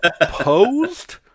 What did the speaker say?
opposed